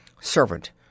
Servant